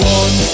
one